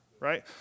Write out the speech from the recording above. Right